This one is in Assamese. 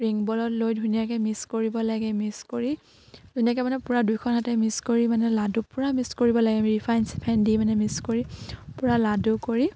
ৰিং বলত লৈ ধুনীয়াকে মিক্স কৰিব লাগে মিক্স কৰি ধুনীয়াকে মানে পূৰা দুইখন হাতে মিক্স কৰি মানে লাডু পূৰা মিক্স কৰিব লাগে ৰিফাইন চিফাইন দি মানে মিক্স কৰি পুৰা লাডু কৰি